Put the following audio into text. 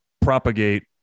propagate